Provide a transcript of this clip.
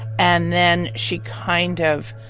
and then she kind of